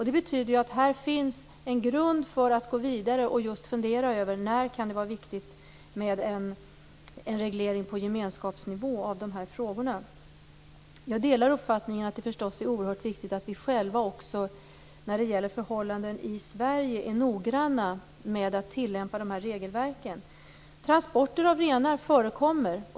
Det betyder att här finns en grund för att gå vidare och just fundera över när det kan vara viktigt med en reglering på gemenskapsnivå av de här frågorna. Jag delar uppfattningen att det förstås är oerhört viktigt att vi själva också när det gäller förhållanden i Sverige är noggranna med att tillämpa regelverken. Transporter av renar förekommer.